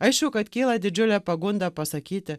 aišku kad kyla didžiulė pagunda pasakyti